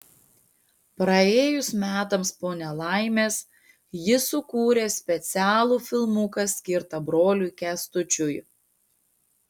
praėjus metams po nelaimės ji sukūrė specialų filmuką skirtą broliui kęstučiui